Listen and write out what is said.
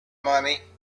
money